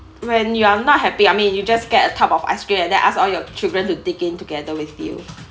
when you are not happy I mean you just get a tub of ice cream then asked all your children to dig in together with you